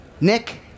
Nick